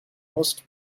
musst